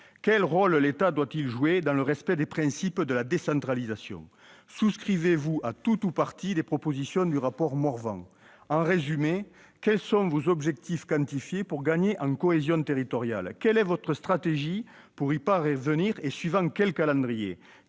Quel rôle l'État doit-il jouer, dans le respect des principes de la décentralisation ? Souscrivez-vous à tout ou partie des propositions du rapport Morvan ? Bref, quels sont vos objectifs quantifiés pour gagner en cohésion territoriale ? Quelle est votre stratégie pour y parvenir, et suivant quel calendrier ?